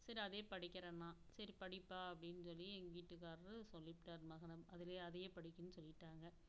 சரி அதையே படிக்கிறேன்னான் சரி படிப்பா அப்படின்னு சொல்லி எங்கள் வீட்டுக்காரர் சொல்லிப்புட்டார் மகனை அதுலையே அதையே படிக்கணும் சொல்லிட்டாங்க